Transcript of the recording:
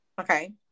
Okay